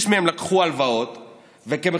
כמו